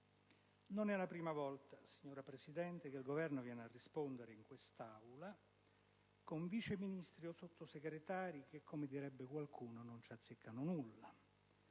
Non è la prima volta, signora Presidente, che il Governo viene a rispondere in quest'Aula con Vice Ministri o Sottosegretari che, come direbbe qualcuno, non c'azzeccano nulla